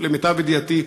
למיטב ידיעתי,